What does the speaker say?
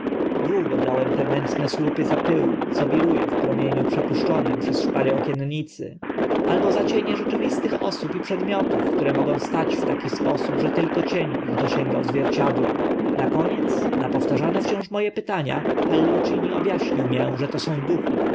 długo brałem te mętne słupy za pył co wiru e w promieniu przepuszczonym przez szparę okiennicy albo za cienie rzeczywistych osób i przedmiotów które mogły stać w taki sposób że tylko cień ich dosięgał zwierciadła na koniec na powtarzane wciąż mo e pytania hallucini ob aśnił mię że to są duchy